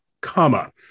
comma